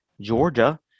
Georgia